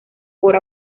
por